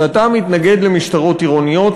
שאתה מתנגד למשטרות עירוניות.